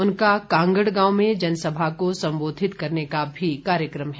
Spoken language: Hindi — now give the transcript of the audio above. उनका कांगड़ गांव में जनसभा को संबोधित करने का भी कार्यक्रम है